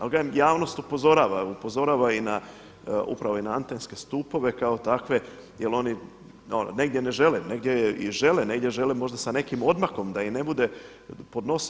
Ali kažem javnost upozorava, upozorava upravo i na antenske stupove kao takve jer oni negdje ne žele, negdje i žele, negdje žele možda sa nekim odmakom da im ne bude pod nosom.